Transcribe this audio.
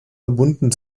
verbunden